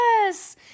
Yes